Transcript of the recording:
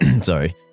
Sorry